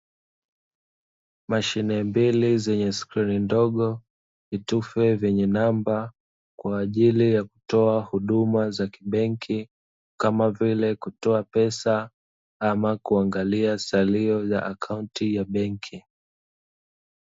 Mashine mbili zenye skrini ndogo, vitufe vyenye namba kwa ajili ya kutoa huduma za kibenki kama vile kutoa pesa, ama kuangalia salio la akonti ya kibenki.